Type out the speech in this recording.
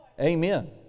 Amen